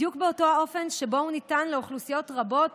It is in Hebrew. בדיוק באותו האופן שבו טיפול ניתן לאוכלוסיות רבות